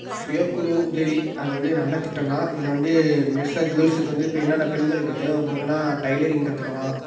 சுயக்குழு உதவி அது வந்து நல்ல திட்டம் தான் இதில் வந்து மெஸ்ஸா கேர்ள்ஸுக்கு வந்து இப்போ என்னென்ன பெண்களுக்கு தேவைப்படுதுன்னா டைலரிங் கற்றுக்கலாம்